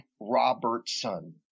Robertson